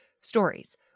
stories